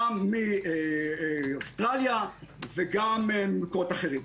גם מאוסטרליה וגם ממקומות אחרים.